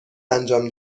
انجام